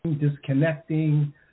disconnecting